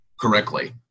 correctly